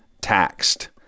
taxed